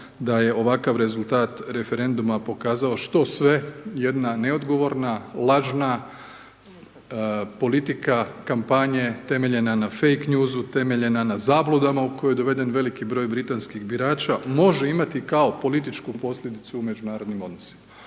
da je ovakav rezultat referenduma pokazao, što sve jedna neodgovorna, lažna, politika, kampanje, temeljena na fake newsu, temeljena na zabludama u koje je doveden veliki broj britanskih birača, može imati kao političku posljedicu u međunarodnim odnosima.